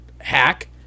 hack